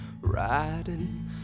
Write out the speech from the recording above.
Riding